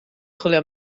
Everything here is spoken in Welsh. chwilio